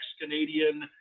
Canadian